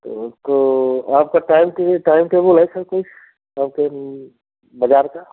तो आपका time table time table है कोई आपके आपके बाजार का